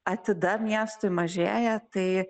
atida miestui mažėja tai